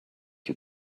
you